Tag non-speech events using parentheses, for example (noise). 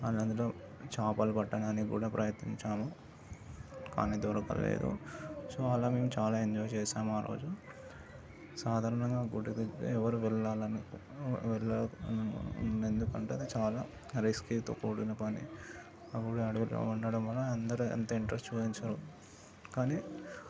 ఆ నదిలో చాపలు పట్టడానికి కూడా ప్రయత్నించాను కానీ దొరకలేదు చాలా మేము చాలా ఎంజాయ్ చేసాము ఆరోజు సాధారణంగా గుడికెళ్తే ఎవరు వెళ్ళాలని (unintelligible) ఎందుకంటే చాలా రిస్కీతో కూడిన పని అప్పుడు అడివిలో ఉండటం వల అందరూ అంత ఇంట్రెస్ట్ చూపించరు కానీ